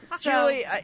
Julie